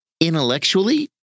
intellectually